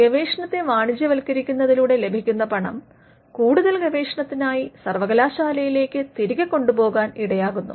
ഗവേഷണത്തെ വാണിജ്യവത്ക്കരിക്കുന്നതിലൂടെ ലഭിക്കുന്ന പണം കൂടുതൽ ഗവേഷണത്തിനായി സർവകലാശാലയിലേക്ക് തിരികെ കൊണ്ടുപോകാൻ ഇടയാകുന്നു